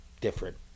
different